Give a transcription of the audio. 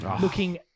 looking